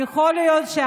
תסתמי את הפה.